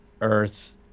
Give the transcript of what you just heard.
earth